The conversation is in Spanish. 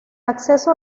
acceso